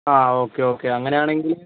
ആ okay okay അങ്ങനെയാണെങ്കിൽ